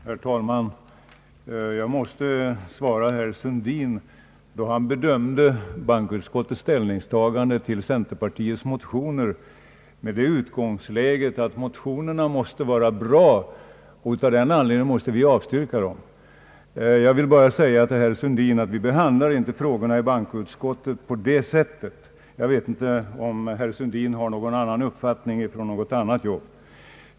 Herr talman! Jag måste svara herr Sundin, eftersom han bedömde bankoutskottets ställningstagande till centerpartiets motioner med utgångspunkt från att motionerna måste vara bra och att vi av denna anledning måst avstyrka dem. Jag vill säga herr Sundin, att vi inte behandlar frågorna i bankoutskottet på detta sätt.